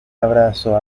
abrazo